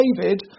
David